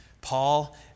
Paul